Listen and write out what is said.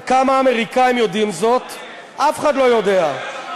וכמה אמריקנים יודעים זאת?" אף אחד לא יודע.